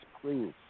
please